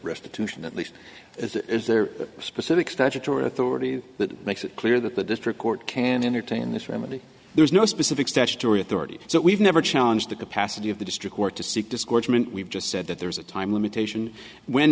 restitution at least that is their specific statutory authority that makes it clear that the district court can entertain this remedy there is no specific statutory authority so we've never challenge the capacity of the district court to seek discouragement we've just said that there's a time limitation when